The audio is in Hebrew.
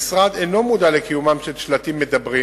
המשרד אינו מודע לקיומם של שלטים מדברים.